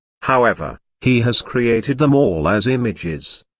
however, he has created them all as images.